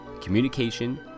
communication